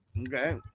okay